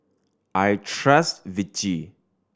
I trust Vichy